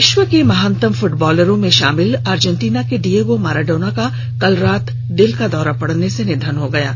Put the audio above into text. विश्व के महनतम फृटबॉलरों में शामिल अर्जेंटीना के डिएगो माराडोना का कल रात दिल का दौरा पड़ने से निधन हो गया है